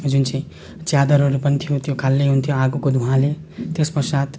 जुन चाहिँ च्यादरहरू पनि थियो त्यो कालै हुन्थ्यो आगोको धुवाले त्यसपश्चात